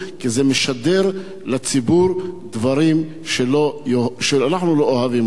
כי זה משדר לציבור דברים שאנחנו לא אוהבים אותם.